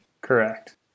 Correct